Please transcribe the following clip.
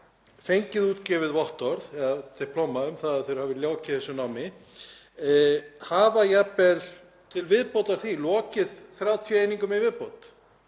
fengið útgefið vottorð eða diplómu um það að þeir hafi lokið þessu námi, hafa jafnvel til viðbótar því lokið 30 einingum. Er